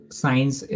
science